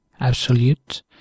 absolute